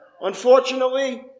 Unfortunately